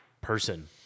person